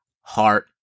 heart